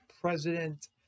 president